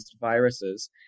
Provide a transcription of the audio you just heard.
viruses